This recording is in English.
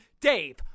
Dave